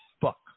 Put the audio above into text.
fuck